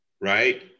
right